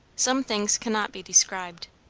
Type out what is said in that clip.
some things cannot be described.